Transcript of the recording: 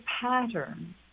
pattern